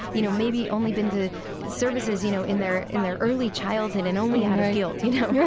you know, maybe only been to services, you know in their in their early childhood and only out of guilt, you know,